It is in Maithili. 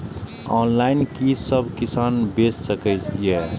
ऑनलाईन कि सब किसान बैच सके ये?